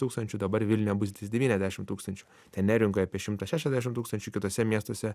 tūkstančių dabar vilniuje bus ties devyniasdešim tūkstančių tai neringoj apie šimtą šešiasdešim tūkstančių kituose miestuose